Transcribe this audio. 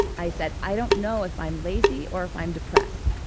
i said i don't know if i'm lazy or if i'm depressed.